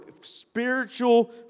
spiritual